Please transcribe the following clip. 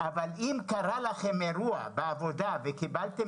אבל אם קרה לכם אירוע בעבודה וקיבלתם